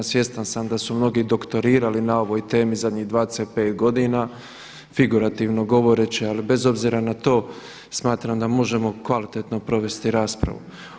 Svjestan sam da su mnogi doktorirali na ovoj temi zadnjih 25 godina, figurativno govoreći ali bez obzira na to smatram da možemo kvalitetno provesti raspravu.